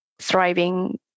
thriving